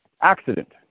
accident